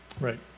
Right